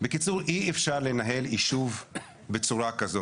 אי אפשר לנהל יישוב בצורה כזו,